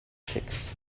ticks